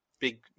big